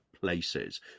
places